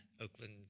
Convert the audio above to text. Oakland